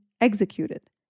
executed